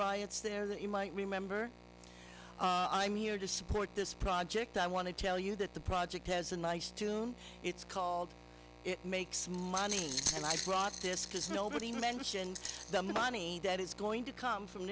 riots there that you might remember i'm here to support this project i want to tell you that the project has a nice tune it's called it makes money and i saw it just because nobody mentioned the money that is going to come from